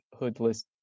hoodless